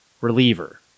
reliever